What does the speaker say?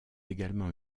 également